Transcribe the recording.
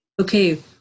okay